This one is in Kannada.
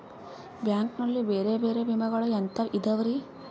ಬ್ಯಾಂಕ್ ನಲ್ಲಿ ಬೇರೆ ಬೇರೆ ವಿಮೆಗಳು ಎಂತವ್ ಇದವ್ರಿ?